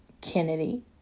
Kennedy